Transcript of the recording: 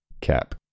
Cap